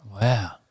Wow